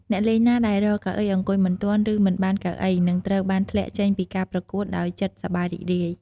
អ្នកលេងណាដែលរកកៅអីអង្គុយមិនទាន់ ឬមិនបានកៅអី នឹងត្រូវបានធ្លាក់ចេញពីការប្រកួត ដោយចិត្តសប្បាយរីករាយ។